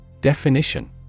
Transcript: Definition